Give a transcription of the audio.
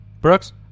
Brooks